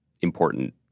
important